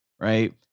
Right